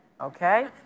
Okay